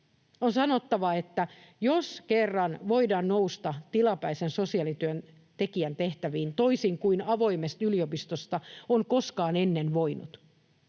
On sanottava, että jos kerran voidaan nousta tilapäisen sosiaalityöntekijän tehtäviin, toisin kuin avoimesta yliopistosta on koskaan ennen voinut,